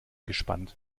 gespannt